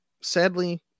Sadly